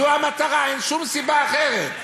זו המטרה, אין שום סיבה אחרת.